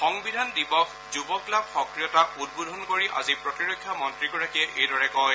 সংবিধান দিৱস যুৱ ক্লাব সক্ৰিয়তা উদ্বোধন কৰি আজি প্ৰতিৰক্ষা মন্ত্ৰীগৰাকীয়ে এইদৰে কয়